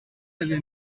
l’avait